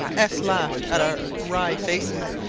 s laughed at our wry faces,